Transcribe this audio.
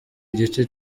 igice